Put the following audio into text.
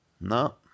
No